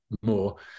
More